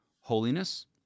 Holiness